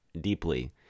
deeply